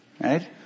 right